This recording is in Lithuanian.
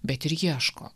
bet ir ieško